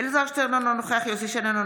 אלעזר שטרן, אינו נוכח יוסף שיין,